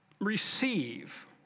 receive